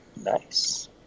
nice